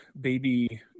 baby